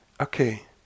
okay